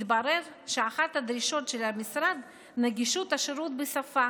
התברר שאחת הדרישות של המשרד: נגישות השירות בשפה